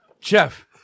Jeff